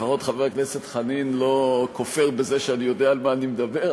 לפחות חבר הכנסת חנין לא כופר בזה שאני יודע על מה אני מדבר,